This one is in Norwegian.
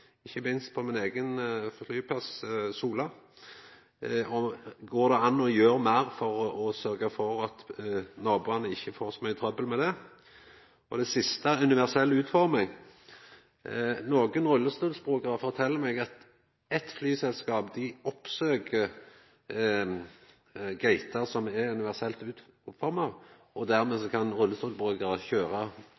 ikkje minst når det gjeld min eigen flyplass – Sola. Går det an å gjera meir for å sørgja for at naboane ikkje får så mykje trøbbel med støy frå flyplassen? Det andre gjeld universell utforming. Nokre rullestolbrukarar fortel meg at eitt flyselskap oppsøkjer gater som er universelt utforma, og at rullestolbrukarar dermed